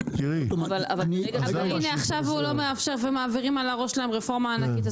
אבל הנה עכשיו הוא לא מאפשר ומעבירים מעל הראש שלהם רפורמה ענקית,